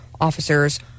officers